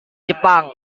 jepang